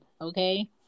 okay